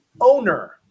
owner